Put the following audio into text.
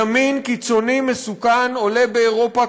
ימין קיצוני מסוכן עולה באירופה,